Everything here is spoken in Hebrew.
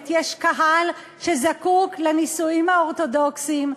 יש קהל שזקוק לנישואים האורתודוקסיים.